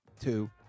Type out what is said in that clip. two